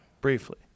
Briefly